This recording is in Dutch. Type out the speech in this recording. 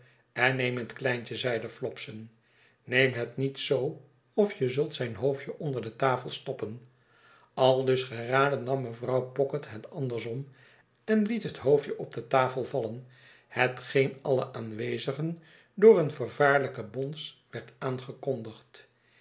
en neem het kleintje zeide flopson neem het niet zoo of je zult zijn hoofdje onder de tafel stoppen aldus geraden nam mevrouw pocket het andersom eri liet het hoofdje op de tafel vallen hetgeen alle aanwezigen door een vervaarlijken bons werd aangekondigd